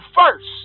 first